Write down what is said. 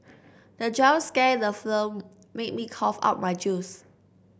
the jump scare in the film made me cough out my juice